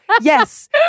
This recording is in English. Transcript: yes